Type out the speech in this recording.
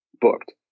booked